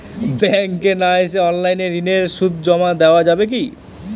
ব্যাংকে না এসে অনলাইনে ঋণের সুদ জমা দেওয়া যাবে কি?